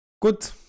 Good